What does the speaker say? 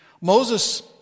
Moses